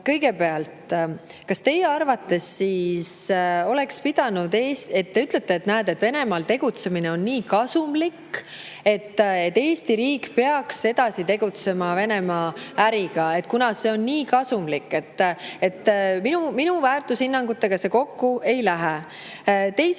kas teie arvates siis oleks pidanud Eesti … Te ütlete, et näed, Venemaal tegutsemine on nii kasumlik. Eesti riik peaks nagu edasi tegutsema Venemaa äriga, kuna see on nii kasumlik. Minu väärtushinnangutega see kokku ei lähe. Teiseks,